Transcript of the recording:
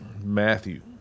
Matthew